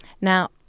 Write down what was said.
Now